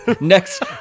next